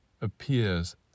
appears